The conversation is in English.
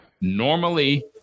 Normally